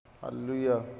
Hallelujah